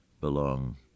belong